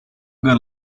good